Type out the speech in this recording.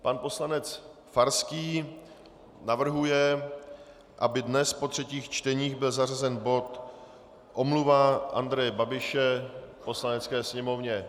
Pan poslanec Farský navrhuje, aby dnes po třetích čteních byl zařazen bod Omluva Andreje Babiše Poslanecké sněmovně.